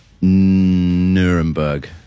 Nuremberg